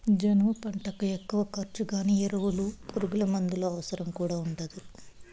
జనుము పంటకు ఎక్కువ ఖర్చు గానీ ఎరువులు పురుగుమందుల అవసరం కూడా ఉండదు